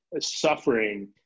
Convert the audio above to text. suffering